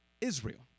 Israel